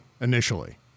initially